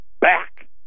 back